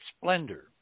splendor